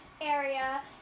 area